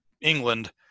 England